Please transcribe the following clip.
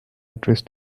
address